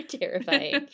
terrifying